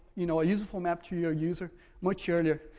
you know, a useful map to your user much earlier.